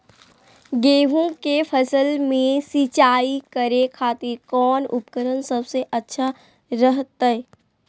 गेहूं के फसल में सिंचाई करे खातिर कौन उपकरण सबसे अच्छा रहतय?